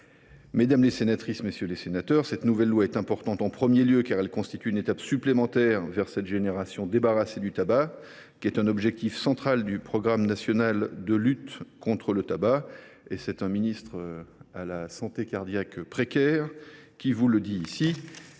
Mesdames, messieurs les sénateurs, cette nouvelle loi est importante, car elle constitue une étape supplémentaire vers l’avènement d’une génération débarrassée du tabac, qui est un objectif central du programme national de lutte contre le tabac. C’est un ministre à la santé cardiaque précaire qui vous le dit, car